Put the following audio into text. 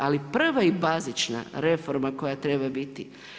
Ali prva i bazična reforma koja treba biti.